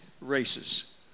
races